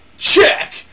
check